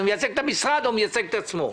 הוא מייצג את המשרד או מייצג את עצמו.